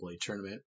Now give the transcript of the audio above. tournament